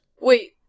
Wait